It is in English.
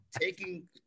Taking